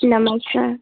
नमस्कार